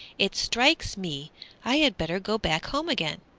it strikes me i had better go back home again.